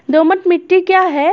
दोमट मिट्टी क्या है?